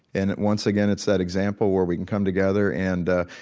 and once again it's that example where we can come together. and,